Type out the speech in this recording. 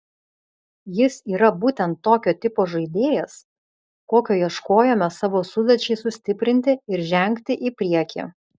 jis yra būtent tokio tipo žaidėjas kokio ieškojome savo sudėčiai sustiprinti ir žengti į priekį